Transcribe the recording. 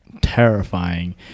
terrifying